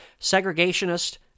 segregationist